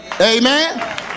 Amen